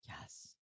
Yes